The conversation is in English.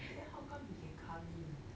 then how come he can come in